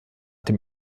dem